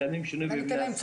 מקדמים שינוי במל"י,